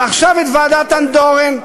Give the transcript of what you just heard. ועכשיו את ועדת אנדורן.